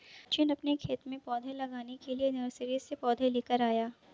सचिन अपने खेत में पौधे लगाने के लिए नर्सरी से पौधे लेकर आया